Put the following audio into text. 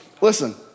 Listen